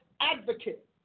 advocate